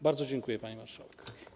Bardzo dziękuję, pani marszałek.